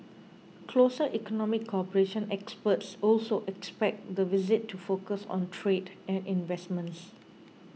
closer economic cooperation Experts also expect the visit to focus on trade and investments